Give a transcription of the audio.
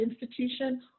institution